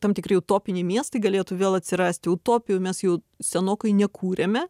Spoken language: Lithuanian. tam tikri utopiniai miestai galėtų vėl atsirasti utopijų mes jau senokai nekūrėme